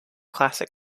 classic